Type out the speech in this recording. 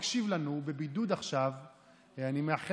אחת התוכניות החשובות ביותר שהתחילה בעיר דימונה כשאני הייתי ראש עיר,